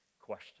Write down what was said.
question